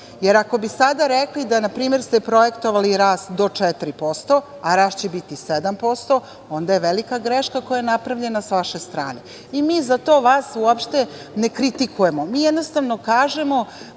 Jer, ako bi sada rekli da ste na primer projektovali rast do 4%, a rast će biti 7%, onda je velika greška koja je napravljena sa vaše strane. Mi vas za to uopšte ne kritikujemo. Mi jednostavno kažemo